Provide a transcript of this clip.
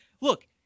Look